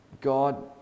God